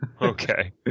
Okay